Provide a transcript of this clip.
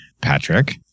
Patrick